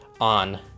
on